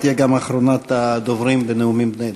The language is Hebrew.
שתהיה גם אחרונת הדוברים בנאומים בני דקה.